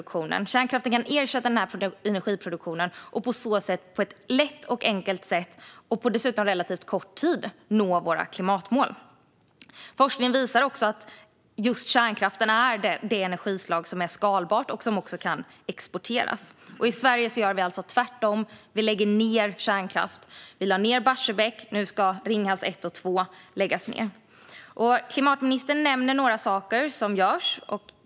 Kärnkraften kan ersätta den energiproduktionen, och vi kan då på ett enkelt sätt och dessutom på relativt kort tid nå våra klimatmål. Forskningen visar att just kärnkraften är det energislag som är skalbart och som också kan exporteras. I Sverige gör vi alltså tvärtom. Vi lägger ned kärnkraft. Vi lade ned Barsebäck. Nu ska Ringhals 1 och 2 läggas ned. Klimatministern nämner några saker som görs.